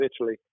Italy